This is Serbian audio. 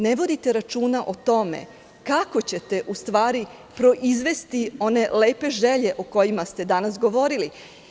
Ne vodite računa o tome kako ćete proizvesti one lepe želje o kojima ste danas govorili.